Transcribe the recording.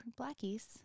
Blackie's